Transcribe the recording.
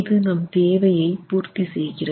இது நம் தேவையை பூர்த்தி செய்கிறது